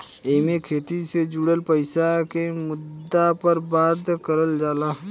एईमे खेती से जुड़ल पईसा के मुद्दा पर बात करल जाला